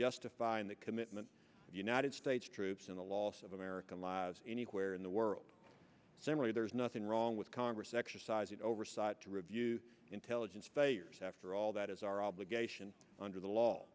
justifying the commitment united states troops in the loss of american lives anywhere in the world generally there's nothing wrong with congress exercising oversight to review intelligence failures after all that is our obligation under the law